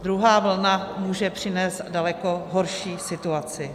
Druhá vlna může přinést daleko horší situaci.